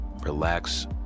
relax